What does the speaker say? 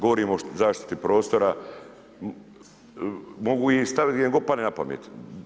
Govorimo o zaštiti prostora, mogu ih staviti gdje im god padne na pamet.